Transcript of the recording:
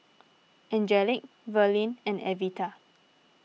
Angelic Verlin and Evita